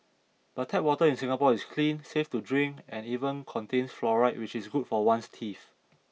but tap water in Singapore is clean safe to drink and even contains fluoride which is good for one's teeth